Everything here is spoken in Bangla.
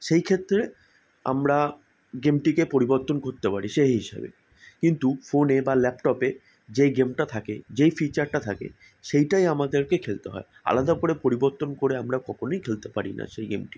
সেই ক্ষেত্রে আমরা গেমটিকে পরিবর্তন করতে পারি সেই হিসাবে কিন্তু ফোনে বা ল্যাপটপে যেই গেমটা থাকে যেই ফিচারটা থাকে সেইটাই আমাদেরকে খেলতে হয় আর আলাদা করে পরিবর্তন করে আমরা কখনোই খেলতে পারি না সেই গেমটি